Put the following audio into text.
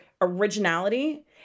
originality